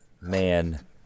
man